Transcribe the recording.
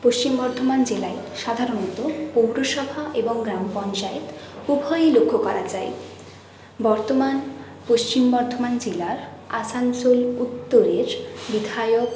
পশ্চিম বর্ধমান জেলায় সাধারণত পৌরসভা এবং গ্রাম পঞ্চায়েত উভয়েই লক্ষ্য করা যায় বর্তমান পশ্চিম বর্ধমান জেলার আসানসোল উত্তরের বিধায়ক